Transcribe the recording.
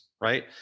right